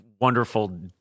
wonderful